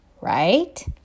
right